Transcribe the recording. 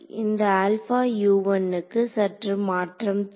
இந்த ஆல்பா க்கு சற்று மாற்றம் தேவை